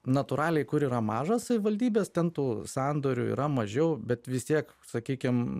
natūraliai kur yra mažos savivaldybės ten tų sandorių yra mažiau bet vis tiek sakykim